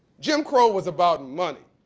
jim crow was about money.